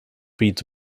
feeds